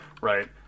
right